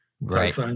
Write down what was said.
Right